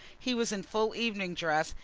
he was in full evening dress,